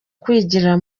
kwigira